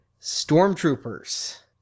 Stormtroopers